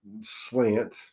slant